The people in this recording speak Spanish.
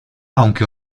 aunque